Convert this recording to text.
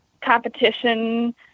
competition